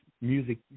music